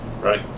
right